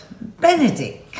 Benedict